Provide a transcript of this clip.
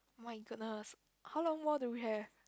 my goodness how long more do we have